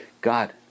God